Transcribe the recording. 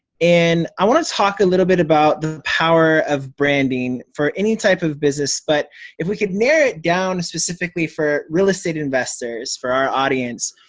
and i wanna talk a little bit about the power of branding for any type of business, but if we could narrow it down specifically for real estate investors, for our audience,